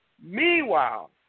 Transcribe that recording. Meanwhile